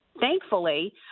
thankfully